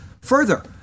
Further